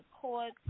court